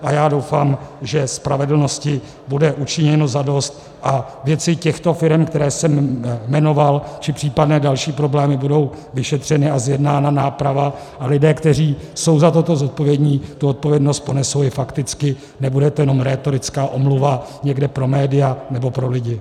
A já doufám, že spravedlnosti bude učiněno zadost a věci těchto firem, které jsem jmenoval, či případné další problémy budou vyšetřeny a zjednána náprava a lidé, kteří jsou za toto zodpovědní, tu odpovědnost ponesou i fakticky, nebude to jenom rétorická omluva někde pro média nebo pro lidi.